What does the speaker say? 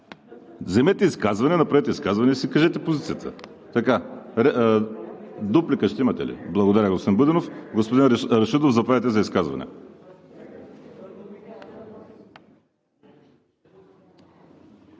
Вземете изказване, направете изказване и си кажете позицията. Ще имате ли дуплика? Благодаря, господин Будинов. Господин Рашидов, заповядайте за изказване.